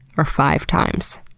or five times?